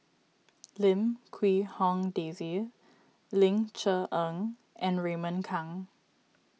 Lim Quee Hong Daisy Ling Cher Eng and Raymond Kang